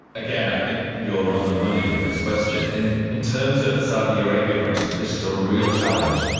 again, i think you're on the money with this question. and in terms of saudi arabia, for instance, this is a real challenge.